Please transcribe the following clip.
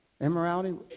immorality